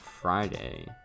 Friday